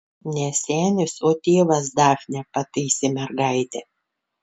ne senis o tėvas dafne pataisė mergaitę